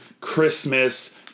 christmas